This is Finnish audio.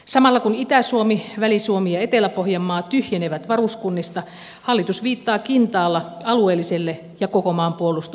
samalla kun itä suomi väli suomi ja etelä pohjanmaa tyhjenevät varuskunnista hallitus viittaa kintaalla alueelliselle ja koko maan puolustamiselle